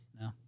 No